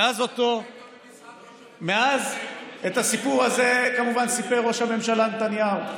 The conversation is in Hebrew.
מאז, את הסיפור הזה כמובן סיפר ראש הממשלה נתניהו,